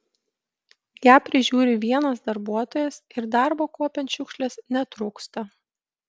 ją prižiūri vienas darbuotojas ir darbo kuopiant šiukšles netrūksta